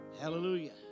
Hallelujah